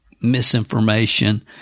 misinformation